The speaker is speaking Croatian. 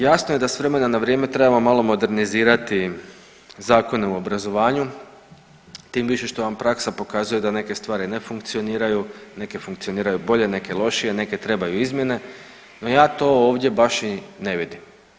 Jasno je da s vremena na vrijeme trebamo malo modernizirati zakone u obrazovanju, tim više što vam praksa pokazuje da neke stvari ne funkcioniraju, neke funkcioniraju bolje, neke lošije, neke trebaju izmjene, no ja to ovdje baš i ne vidim.